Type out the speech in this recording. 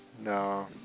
No